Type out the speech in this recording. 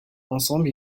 ensemble